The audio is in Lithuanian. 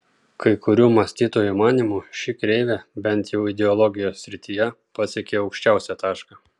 kai kurių mąstytojų manymu ši kreivė bent jau ideologijos srityje pasiekė aukščiausią tašką